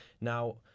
Now